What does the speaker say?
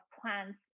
plants